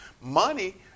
money